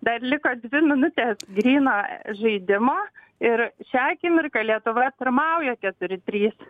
dar liko dvi minutės gryno žaidimo ir šią akimirką lietuva pirmauja keturi trys